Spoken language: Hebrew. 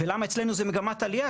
ולמה אצלנו זה במגמת עלייה,